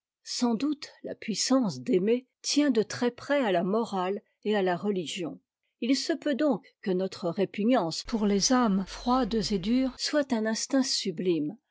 sans doute la puissance d'aimer tient de trèsprès à la morale et à la religion il se peut donc que notre répugnance pour les âmes froides et dures soit un instinct sublime